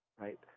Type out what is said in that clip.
right